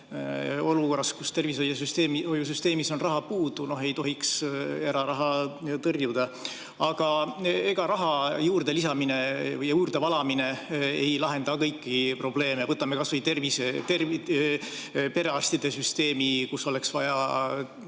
Olukorras, kus tervishoiusüsteemis on raha puudu, ei tohiks eraraha tõrjuda. Ega raha juurde lisamine või juurde valamine ei lahenda kõiki probleeme. Võtame kas või perearstide süsteemi, kus oleks vaja